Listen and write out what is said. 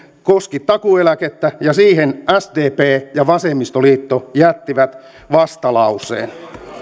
koski takuueläkettä ja siihen sdp ja vasemmistoliitto jättivät vastalauseen